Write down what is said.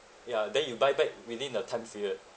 ya then you buy back within the time period